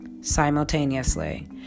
simultaneously